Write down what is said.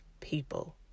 people